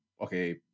okay